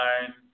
nine